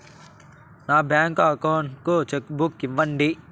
నా bank account కు cheque book ఇవ్వండి